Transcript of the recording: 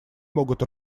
могут